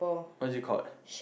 what is it called